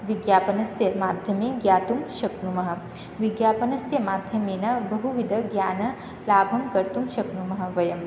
विज्ञापनस्य माध्यमे ज्ञातुं शक्नुमः विज्ञापनस्य माध्यमेन बहुविधज्ञानलाभं कर्तुं शक्नुमः वयं